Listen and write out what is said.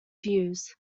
views